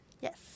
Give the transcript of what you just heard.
Yes